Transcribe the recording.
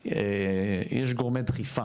יש גורמי דחיפה